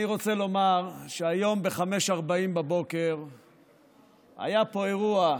אני רוצה לומר שהיום ב-05:40 היה פה אירוע,